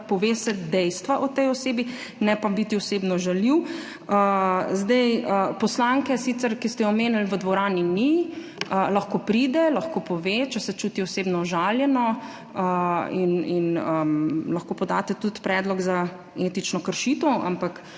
pove se dejstva o tej osebi, ne pa biti osebno žaljiv. Poslanke, ki ste jo omenili, v dvorani sicer ni, lahko pride, lahko pove, če se čuti osebno užaljeno, in lahko podate tudi predlog za etično kršitev. Ampak